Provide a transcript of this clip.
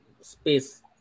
space